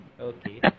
Okay